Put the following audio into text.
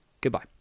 goodbye